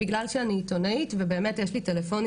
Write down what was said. ובגלל שאני עיתונאית ובאמת יש לי טלפונים